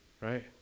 right